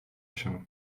się